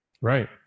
Right